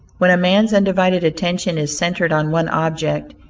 when a man's undivided attention is centered on one object,